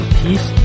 peace